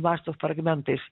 mąsto fragmentais